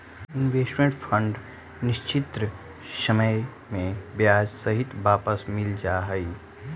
investment fund निश्चित समय में ब्याज सहित वापस मिल जा हई